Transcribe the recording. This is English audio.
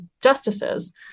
justices